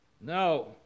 No